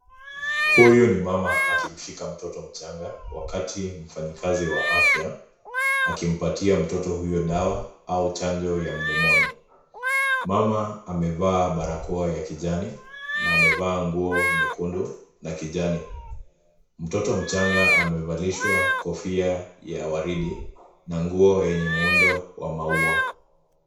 Huyu ni mama akimshika mtoto mchanga wakati mfanyikazi wa afya akimpatia mtoto huyo dawa au chanjo ya mdomoni. Mama amevaa barakoa ya kijani na amevaa nguo nyekundu na kijani. Mtoto mchanga amevalishwa kofia ya waridi na nguo yenye muundo wa maua.